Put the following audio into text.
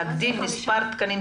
להגדיל את מספר התקנים.